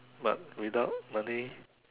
but without money